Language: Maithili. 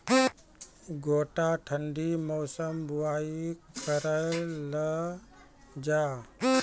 गोटा ठंडी मौसम बुवाई करऽ लो जा?